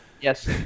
Yes